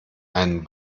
einen